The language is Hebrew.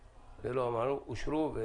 אושרו.